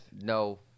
No